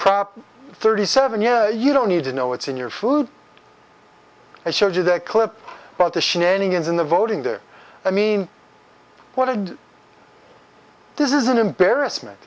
prop thirty seven yeah you don't need to know what's in your food and showed you that clip about the shenanigans in the voting there i mean what if this is an embarrassment